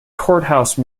courthouse